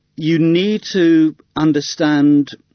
you need to understand,